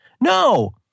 No